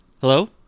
Hello